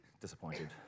disappointed